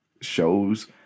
Shows